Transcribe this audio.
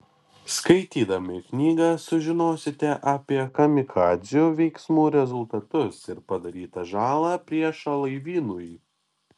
skaitydami knygą sužinosite apie kamikadzių veiksmų rezultatus ir padarytą žalą priešo laivynui